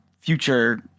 future –